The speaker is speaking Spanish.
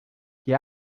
que